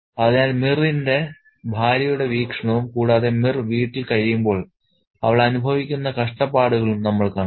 അതിനാൽ മിറിന്റെ ഭാര്യയുടെ വീക്ഷണവും കൂടാതെ മിർ വീട്ടിൽ കഴിയുമ്പോൾ അവൾ അനുഭവിക്കുന്ന കഷ്ടപ്പാടുകളും നമ്മൾ കണ്ടു